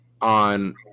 on